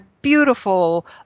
beautiful